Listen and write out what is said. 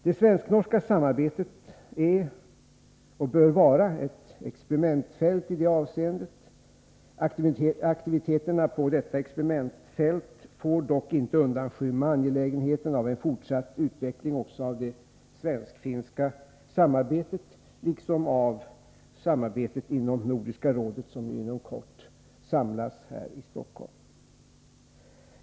Det svensk-norska samarbetet är och bör vara ett experimentfält i detta avseende. Aktiviteterna på detta experimentfält får dock inte undanskymma angelägenheten också av en fortsatt utveckling av det svensk-finska 12 samarbetet liksom av samarbetet inom Nordiska rådet, som inom kort samlas här i Stockholm.